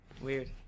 Weird